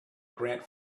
grant